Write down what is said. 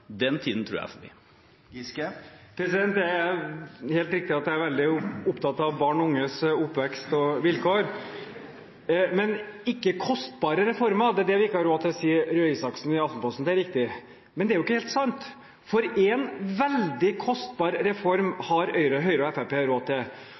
er helt riktig at jeg er veldig opptatt av barn og unges oppvekst og vilkår. Kostbare reformer har vi ikke råd til, sier Røe Isaksen til Aftenposten. Det er riktig. Men det er jo ikke helt sant, for én veldig kostbar reform